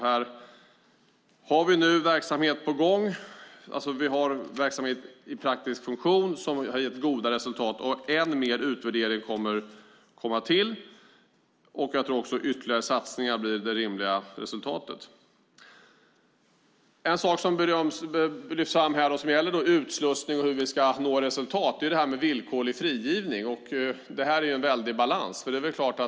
Här har vi nu verksamhet på gång. Vi har verksamhet i praktisk funktion som har gett goda resultat. Mer utvärdering kommer att komma till, och ytterligare satsningar blir det rimliga resultatet av det. En sak som lyfts fram här och som gäller utslussning och hur vi ska nå resultat är villkorlig frigivning. Detta är en svår balansgång.